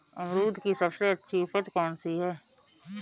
अमरूद की सबसे अच्छी उपज कौन सी है?